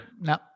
No